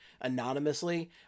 anonymously